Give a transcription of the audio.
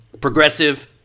Progressive